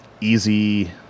easy